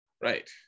Right